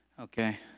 Okay